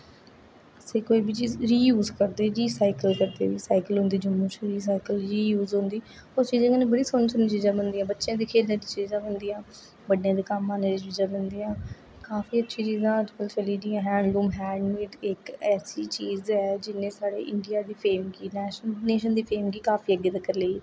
इत्थै कोई बी चीज रीयूज करदे रीसाइक्ल करदे रिसाइक्ल होंदी जम्मू च रिसाइकल रियूज होंदी उस चीजे कन्नै बड़ी सोहनी सोहनी चीजां बनदियां बच्चे दी खेलने आहली चीजां बनदियां बडे़ दे कम्म आने आहली चीजां बनदियां काफी अच्छी चीजां अजकल चली दियां हैडलोम हैंडमेड इक ऐसी चीज ऐ जिने साढ़े इंडिया दी नेशन दे फेम गी काफी अग्गे तक्कर लेई गे